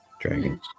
Dragons